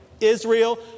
Israel